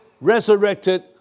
resurrected